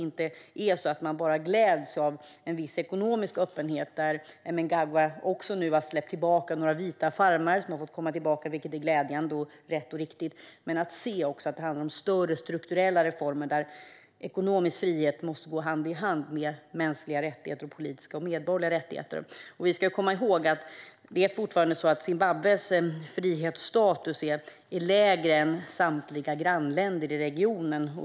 Man ska inte bara glädjas åt en viss ekonomisk öppenhet där Mnangagwa har släppt tillbaka några vita farmare, vilket är rätt och riktigt, utan det handlar också om större strukturella reformer där ekonomisk frihet måste gå hand i hand med mänskliga rättigheter samt politiska och medborgerliga rättigheter. Vi ska komma ihåg att Zimbabwes frihetsstatus fortfarande är lägre än samtliga grannländers i regionen.